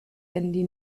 handy